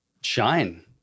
shine